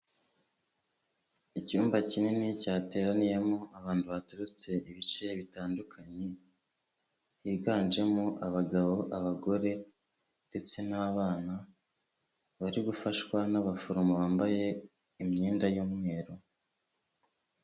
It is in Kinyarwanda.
Icyumba kinini cyateraniyemo abantu baturutse ibice bitandukanye, biganjemo abagabo, abagore ndetse n'abana, bari gufashwa n'abaforomo bambaye imyenda y'umweru.